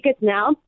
now